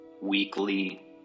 weekly